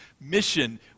mission